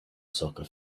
soccer